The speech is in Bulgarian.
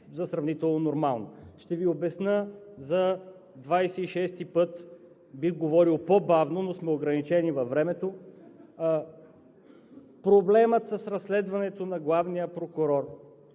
за сравнително нормално. Ще Ви обясня за 26-и път, бих говорил по-бавно, но сме ограничени във времето. Проблемът с разследването на главния прокурор,